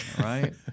right